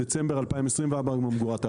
בדצמבר 24' הממגורה תעבוד.